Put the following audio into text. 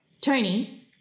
Tony